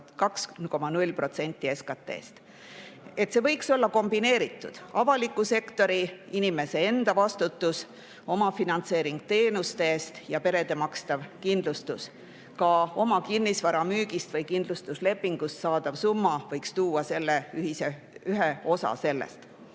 2,0% SKT‑st. See võiks olla kombineeritud: avaliku sektori osa, inimese enda vastutus, omafinantseering teenuste eest ja perede makstav kindlustus, ka oma kinnisvara müügist või kindlustuslepingust saadav summa võiks tuua ühe osa sellest. Oleme